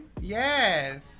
Yes